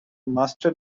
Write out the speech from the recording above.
master